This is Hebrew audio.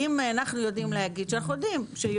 האם אנחנו יודעים להגיד שיבואנים